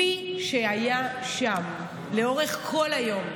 מי שהיה שם לאורך כל היום,